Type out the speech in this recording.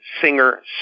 Singer